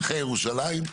אחרי ירושלים.